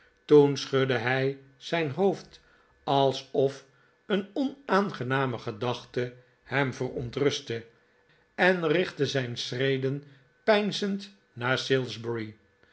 toen schudde hij zijn hoofd alsof een onaangename gedachte hem verontrustte en richtte zijn schreden peinzehd naar